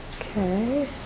Okay